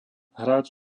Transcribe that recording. hráč